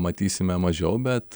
matysime mažiau bet